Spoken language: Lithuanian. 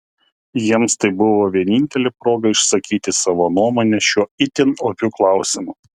jiems tai buvo vienintelė proga išsakyti savo nuomonę šiuo itin opiu klausimu